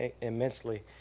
immensely